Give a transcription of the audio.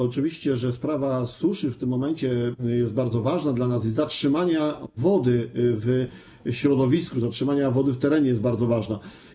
Oczywiście sprawa suszy w tym momencie jest bardzo ważna dla nas i sprawa zatrzymywania wody w środowisku, zatrzymywania wody w terenie jest bardzo ważna.